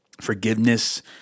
forgiveness